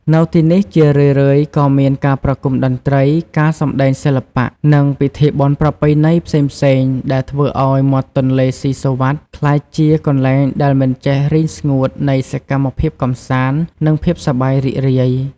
នៅទីនេះ ជារឿយៗក៏មានការប្រគុំតន្ត្រី ការសំដែងសិល្បៈ និងពិធីបុណ្យប្រពៃណីផ្សេងៗ ដែលធ្វើឱ្យមាត់ទន្លេសុីសុវត្ថិក្លាយជាកន្លែងដែលមិនចេះរីងស្ងួតនៃសកម្មភាពកម្សាន្ដ និងភាពសប្បាយរីករាយ។